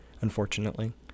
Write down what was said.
unfortunately